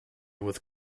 with